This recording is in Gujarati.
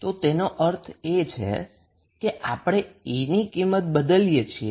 તો તેનો અર્થ એ છે કે આપણે E ની કિંમત બદલીએ છીએ